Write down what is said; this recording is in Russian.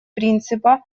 принципа